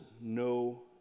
no